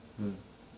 mm